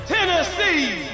Tennessee